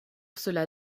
cela